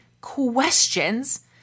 questions